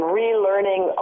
relearning